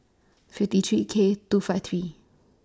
fifty three K two five three